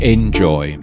Enjoy